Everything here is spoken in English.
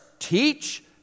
Teach